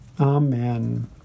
Amen